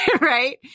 Right